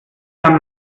dann